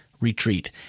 retreat